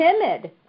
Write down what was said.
timid